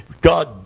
God